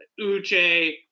uche